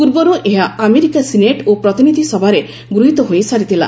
ପୂର୍ବରୁ ଏହା America senate ଓ ପ୍ରତିନିଧି ସଭାରେ ଗୃହୀତ ହୋଇ ସାରିଥିଲା